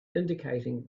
indicating